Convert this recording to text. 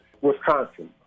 Wisconsin